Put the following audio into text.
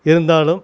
இருந்தாலும்